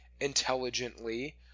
intelligently